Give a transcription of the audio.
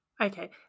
Okay